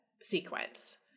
Sequence